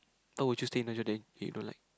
why will you stay another day if you don't like